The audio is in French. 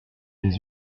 des